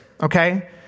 okay